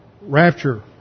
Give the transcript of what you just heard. Rapture